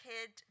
kid